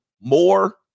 more